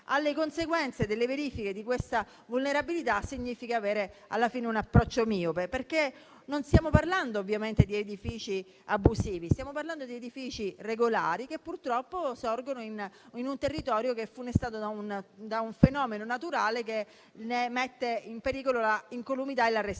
le conseguenze delle verifiche di questa vulnerabilità significa avere alla fine un approccio miope. Infatti non stiamo infatti parlando di edifici abusivi, ma di edifici regolari che purtroppo sorgono in un territorio funestato da un fenomeno naturale che ne mette in pericolo l'incolumità e la resistenza.